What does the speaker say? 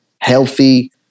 healthy